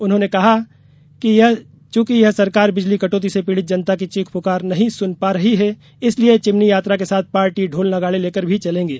उन्होंने कहा कि चूंकि यह सरकार बिजली कटौती से पीड़ित जनता की चीख पुकार नहीं सुन पा रही है इसलिए चिमनी यात्रा के साथ पार्टी ढोल नगाड़े लेकर भी चलेगे